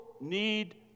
need